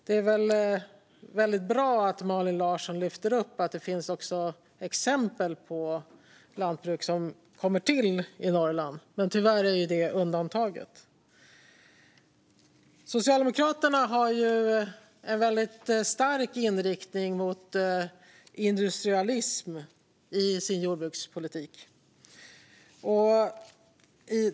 Det är väldigt bra att Malin Larsson lyfter fram att det också finns exempel på lantbruk som kommer till i Norrland. Men tyvärr är det undantag. Socialdemokraterna har en väldigt stark inriktning mot industrialism i sin jordbrukspolitik.